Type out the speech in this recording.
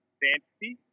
fantasy